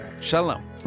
Shalom